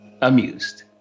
amused